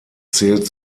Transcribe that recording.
zählt